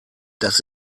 das